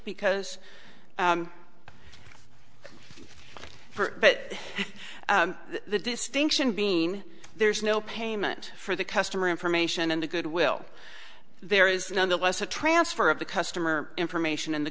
because but the distinction between there's no payment for the customer information and a good will there is nonetheless a transfer of the customer information and the